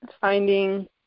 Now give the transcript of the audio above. finding